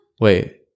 Wait